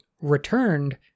returned